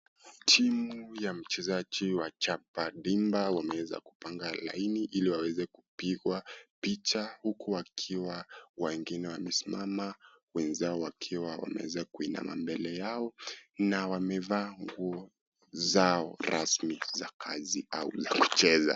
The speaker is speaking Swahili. Timu ya mchezaji wa chapa dimba wameweza ku kupanga laini ili waweze kupigwa picha , huku wakiwa wengine wamesimama, wenzao wakiwa wameweza kuinama mbele yao, na wamevaa nguo zao rasmi za kazi au za kucheza.